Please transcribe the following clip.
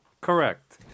Correct